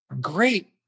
great